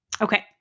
Okay